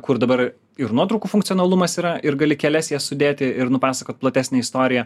kur dabar ir nuotraukų funkcionalumas yra ir gali kelias jas sudėti ir nupasakot platesnę istoriją